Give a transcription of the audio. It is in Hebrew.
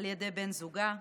על ידי בן זוגה.